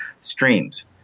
streams